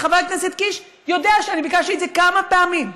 וחבר הכנסת קיש יודע שאני ביקשתי את זה כמה פעמים: